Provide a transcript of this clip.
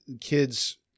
kids